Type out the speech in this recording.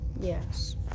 Yes